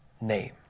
name